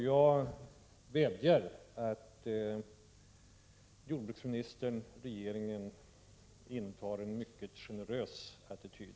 Jag vädjar därför att jordbruksministern och regeringen fortsättningsvis intar en mycket generös attityd.